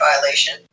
violation